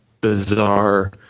bizarre